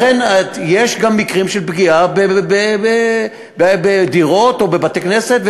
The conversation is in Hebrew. יש גם מקרים של פגיעה בדירות או בבתי-כנסת,